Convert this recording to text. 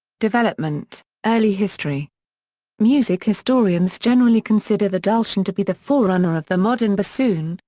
development early history music historians generally consider the dulcian to be the forerunner of the modern bassoon,